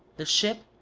the ship,